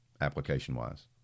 application-wise